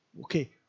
okay